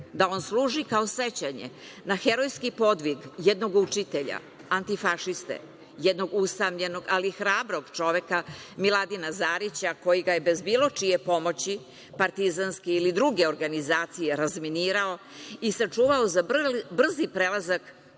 da on služi kao sećanje na herojski podvig jednog učitelja, antifašiste, jednog usamljenog ali hrabrog čoveka, Miladina Zarića, koji ga je bez bilo čije pomoći, partizanske ili druge organizacije razminirao i sačuvao za brzi prelazak partizanskih